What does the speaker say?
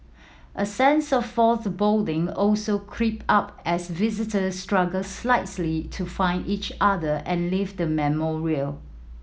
a sense of also creep up as visitors struggle slightly to find each other and leave the memorial